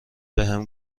بهم